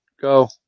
Go